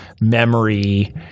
memory